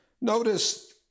Notice